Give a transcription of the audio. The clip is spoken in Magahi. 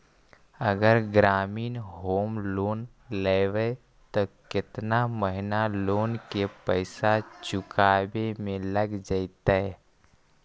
अगर ग्रामीण होम लोन लेबै त केतना महिना लोन के पैसा चुकावे में लग जैतै?